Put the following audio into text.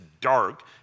dark